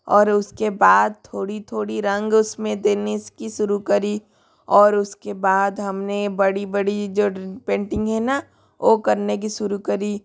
और उसके बाद थोड़ा थोड़ा रंग उसमें देना इसकी शुरू करी और उसके बाद हमने बड़ी बड़ी जो पेंटिंग है ना वो करने की शुरू करी